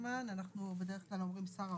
הערבית המאוחדת על מנת שלא יפרקו את הממשלה.